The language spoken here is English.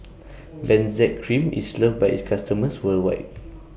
Benzac Cream IS loved By its customers worldwide